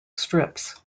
strips